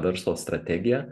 verslo strategiją